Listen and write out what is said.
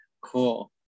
Cool